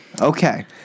Okay